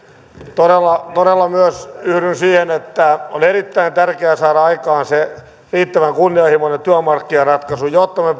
todella todella myös minä yhdyn siihen että on erittäin tärkeää saada aikaan se riittävän kunnianhimoinen työmarkkinaratkaisu jotta me